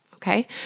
Okay